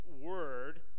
word